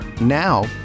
now